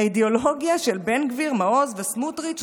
האידיאולוגיה של בן גביר, מעוז וסמוטריץ'?